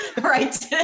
Right